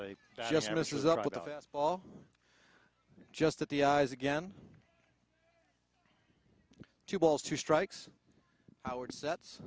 a fastball just at the eyes again two balls two strikes howard sets